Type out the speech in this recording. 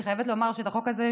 אני חייבת לומר שאת החוק הזה,